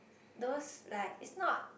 those like it's not